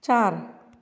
चार